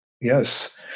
yes